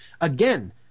again